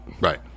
right